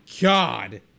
God